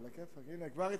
עלא כיפאק.